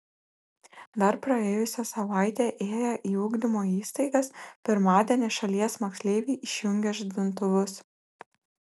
dar praėjusią savaitę ėję į ugdymo įstaigas pirmadienį šalies moksleiviai išjungė žadintuvus